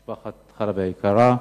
משפחת חלבי היקרה,